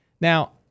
Now